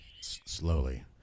Slowly